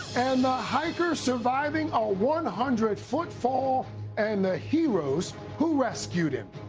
and the hiker surviving a one hundred foot fall and the heroes who rescued him.